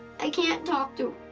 i can't talk to